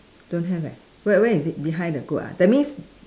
don't have eh where where is it behind the goat ah that means